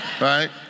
right